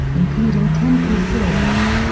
including ten full serials.